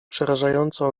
przerażająco